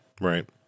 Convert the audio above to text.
right